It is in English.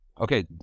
okay